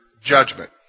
judgment